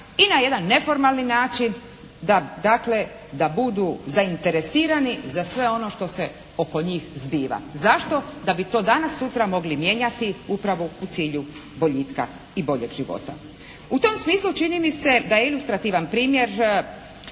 i na jedan neformalni način, dakle da budu zainteresirani za sve ono što se oko njih zbiva. Zašto? Da bi to danas sutra mogli mijenjati upravo u cilju boljitka i boljeg života. U tom smislu čini mi se da je ilustrativan primjer